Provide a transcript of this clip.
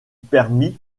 permit